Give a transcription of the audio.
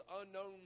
unknown